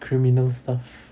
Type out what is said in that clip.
criminal stuff